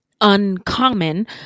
uncommon